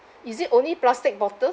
is it only plastic bottle